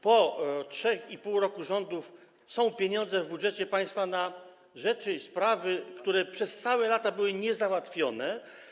Po 3,5 roku rządów są pieniądze w budżecie państwa na rzeczy i sprawy, które przez całe lata były niezałatwione.